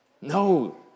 no